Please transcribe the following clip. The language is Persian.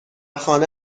خانه